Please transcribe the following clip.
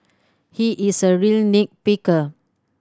he is a real nit picker